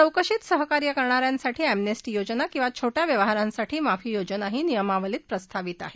चौकशीत सहकार्य करणाऱ्यांसाठी अमनेस्टी योजना किंवा छोट्या व्यवहारांसाठी माफी योजनाही नियमावलीत प्रस्तावित आहे